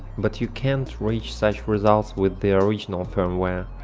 but you can't reach such results with the original firmware.